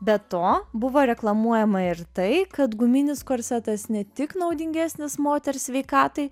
be to buvo reklamuojama ir tai kad guminis korsetas ne tik naudingesnis moters sveikatai